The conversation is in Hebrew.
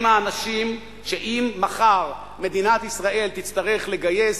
הם האנשים שאם מחר מדינת ישראל תצטרך לגייס